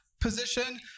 position